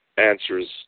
Answers